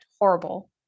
horrible